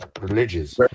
religious